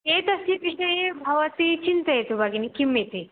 एतस्य विषये भवती चिन्तयतु भगिनि किम् इति